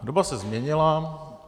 Doba se změnila.